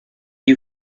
you